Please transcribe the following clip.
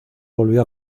volvió